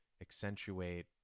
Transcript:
accentuate